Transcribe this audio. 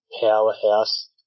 powerhouse